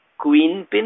Queenpin